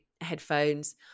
headphones